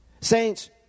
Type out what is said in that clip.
Saints